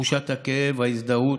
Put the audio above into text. בתחושת הכאב, ההזדהות,